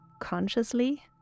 consciously